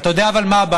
אבל אתה יודע מה הבעיה?